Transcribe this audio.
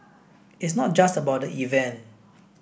it's not just about the event